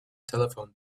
telephone